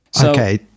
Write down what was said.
Okay